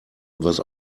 was